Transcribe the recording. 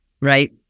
right